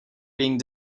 being